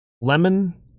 Lemon